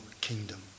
kingdom